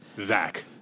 Zach